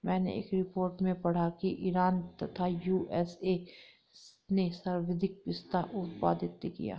मैनें एक रिपोर्ट में पढ़ा की ईरान तथा यू.एस.ए ने सर्वाधिक पिस्ता उत्पादित किया